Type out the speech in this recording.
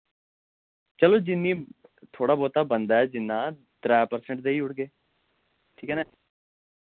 चलो जिन्नी थोह्ड़ा बोह्ता बनदा ऐ जिन्ना त्रै परसेंट देई ओड़गे ठीक ऐ ना